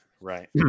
right